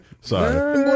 sorry. (